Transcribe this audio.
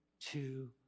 two